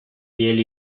piel